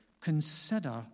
consider